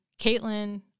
caitlin